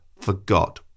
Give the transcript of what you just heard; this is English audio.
forgot